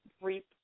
reap